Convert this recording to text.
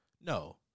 No